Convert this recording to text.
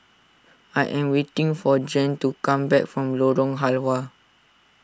I am waiting for Jann to come back from Lorong Halwa